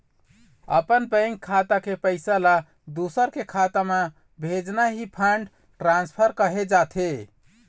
अपन बेंक खाता के पइसा ल दूसर के खाता म भेजना ही फंड ट्रांसफर कहे जाथे